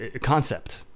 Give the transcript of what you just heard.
concept